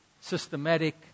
systematic